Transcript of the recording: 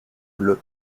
bleus